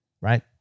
right